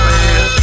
man